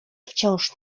wciąż